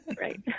Right